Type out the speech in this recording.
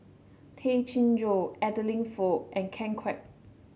Tay Chin Joo Adeline Foo and Ken Kwek